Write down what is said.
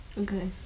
Okay